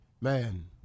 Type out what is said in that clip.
Man